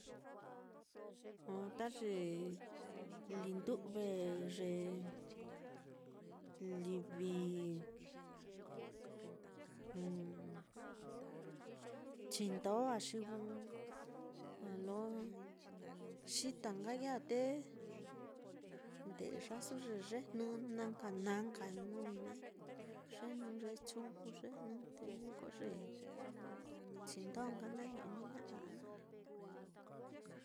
Joo ta ye lindu've, ye livi chindo á wa lo xita nkai ya á, te nde'ya su ye yejnɨ na nka na nka nuui naá, yejnɨ ye chuju yejnɨ, te jnu ko ye chindo nka na ñejni ña'a a nale.